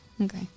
Okay